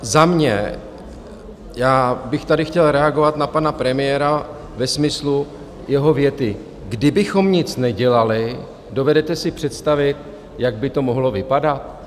Za mě, já bych tady chtěl reagovat na pana premiéra ve smyslu jeho věty: Kdybychom nic nedělali, dovedete si představit, jak by to mohlo vypadat?